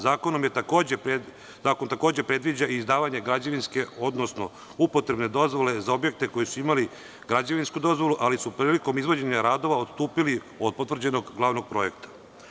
Zakon takođe predviđa izdavanje građevinske, odnosno upotrebne dozvole za objekte koji su imali građevinsku dozvolu, ali su prilikom izvođenja radova odstupili od potvrđenog glavnog projekta.